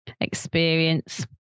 experience